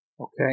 Okay